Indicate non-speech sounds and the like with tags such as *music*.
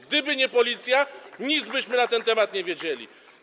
Gdyby nie oni, *applause* nic byśmy na ten temat nie wiedzieli.